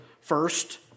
first